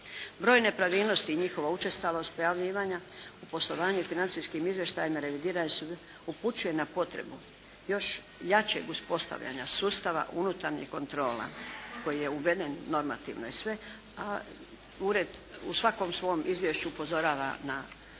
Broj nepravilnosti i njihova učestalost pojavljivanja u poslovanju i financijskim izvještajima revidirani subjekt upućuje na potrebu još jačeg uspostavljanja sustava unutarnjih kontrola koji je uveden normativno i sve, a ured u svakom svom izvješću upozorava na